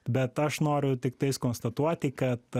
bet aš noriu tiktais konstatuoti kad